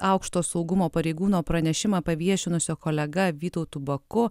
aukšto saugumo pareigūno pranešimą paviešinusio kolega vytautu baku